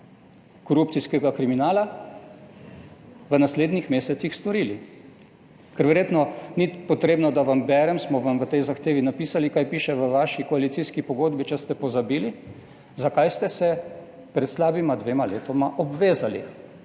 korupcijskega kriminala v naslednjih mesecih storili. Ker verjetno ni potrebno, da vam berem, smo vam v tej zahtevi napisali, kaj piše v vaši koalicijski pogodbi, če ste pozabili, za kaj ste se pred slabima dvema letoma obvezali.